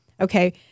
okay